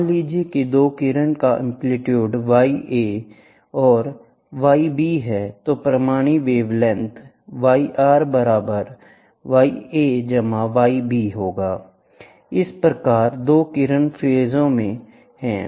मान लीजिए कि दो किरणों का एंप्लीट्यूड y a और y b है तो परिणामी वेवलेंथ इस प्रकार दो किरणें फेज में हैं